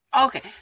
Okay